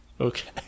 Okay